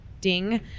ding